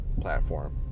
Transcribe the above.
platform